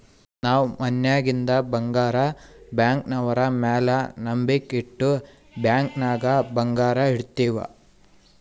ನಾವ್ ಮನ್ಯಾಗಿಂದ್ ಬಂಗಾರ ಬ್ಯಾಂಕ್ನವ್ರ ಮ್ಯಾಲ ನಂಬಿಕ್ ಇಟ್ಟು ಬ್ಯಾಂಕ್ ನಾಗ್ ಬಂಗಾರ್ ಇಡ್ತಿವ್